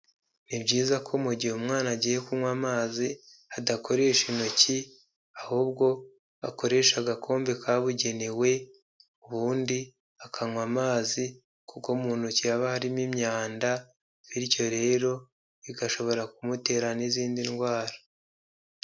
Ni byiza ko mu gihe umwana agiye kunywa amazi adakoresha intoki ahubwo akoresha agakombe kabugenewe, ubundi akanywa amazi kuko mu ntoki haba harimo imyanda, bityo rero bigashobora kumutera n'izindi ndwara.